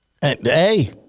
Hey